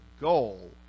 goal